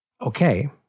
Okay